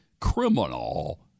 criminal